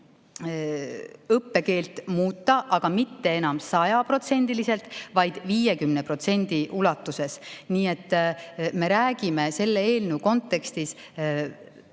õppekeelt muuta, aga mitte enam sajaprotsendiliselt, vaid 50% ulatuses. Nii et me räägime selle eelnõu kontekstis